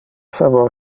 favor